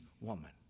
woman